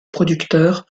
producteur